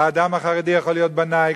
האדם החרדי יכול להיות בנאי,